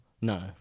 No